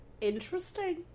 Interesting